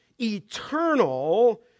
eternal